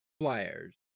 Flyers